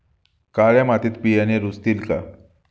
काळ्या मातीत बियाणे रुजतील का?